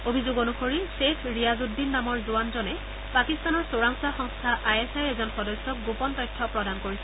অভিযোগ অনুসৰি গ্ৰেখ ৰিয়াজুদ্দিন নামৰ জোৱানজনে পাকিস্তানৰ চোৰাংচোৱা সংস্থা আই এছ আইৰ এজন সদস্যক গোপন তথ্য প্ৰদান কৰিছে